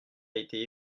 été